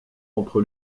entre